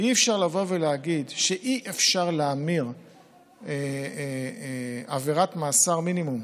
אי-אפשר לבוא ולהגיד שאי-אפשר להמיר עבירת מאסר מינימום